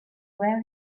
where